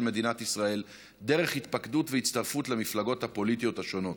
מדינת ישראל דרך התפקדות והצטרפות למפלגות הפוליטיות השונות.